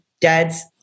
dad's